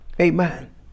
Amen